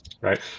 right